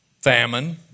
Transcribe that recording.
Famine